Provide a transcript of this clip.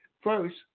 first